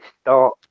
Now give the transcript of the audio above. start